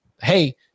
hey